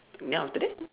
then after that